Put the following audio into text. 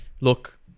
look